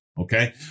Okay